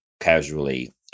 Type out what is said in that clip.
casually